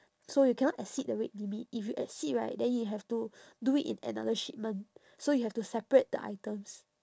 so you cannot exceed the weight limit if you exceed right then you have to do it in another shipment so you have to separate the items